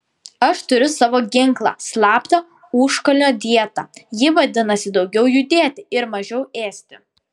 aš turiu savo ginklą slaptą užkalnio dietą ji vadinasi daugiau judėti ir mažiau ėsti